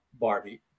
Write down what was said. Barbie